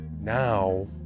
now